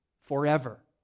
forever